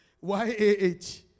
Y-A-H